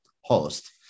host